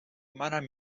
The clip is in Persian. منم